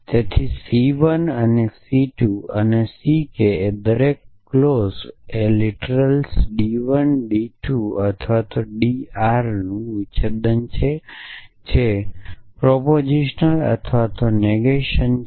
તેથી C 1 અને C 2 અને C કે દરેક ક્લોઝ એ લિટરલ્સ ડી 1 ડી 2 અથવા ડી આરનું વિચ્છેદન છે જે પ્રોપોજીશન અથવા નેગેશન છે